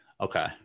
Okay